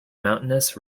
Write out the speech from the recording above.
mountainous